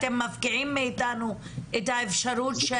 אתם מפקיעים מאיתנו את האפשרות?